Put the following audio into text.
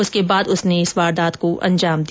इसके बाद उसने इस वारदात को अंजाम दिया